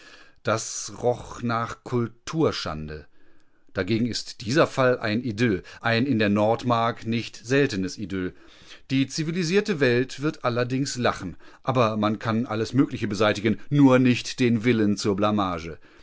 das roch nach kulturschande dagegen ist dieser fall ein idyll ein in der nordmark nicht seltenes idyll die zivilisierte welt wird allerdings lachen aber man kann alles mögliche beseitigen nur nicht den willen zur blamage